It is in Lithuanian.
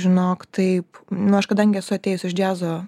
žinok taip na aš kadangi esu atėjus džiazo